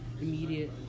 immediate